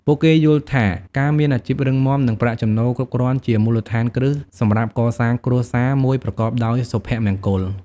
ពួកគេយល់ថាការមានអាជីពរឹងមាំ និងប្រាក់ចំណូលគ្រប់គ្រាន់ជាមូលដ្ឋានគ្រឹះសម្រាប់កសាងគ្រួសារមួយប្រកបដោយសុភមង្គល។